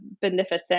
beneficent